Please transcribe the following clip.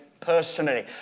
personally